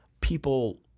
people